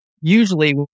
Usually